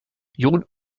john